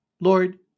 Lord